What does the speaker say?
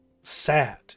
sad